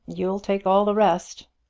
you'll take all the rest.